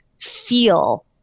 feel